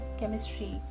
chemistry